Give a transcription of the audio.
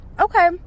okay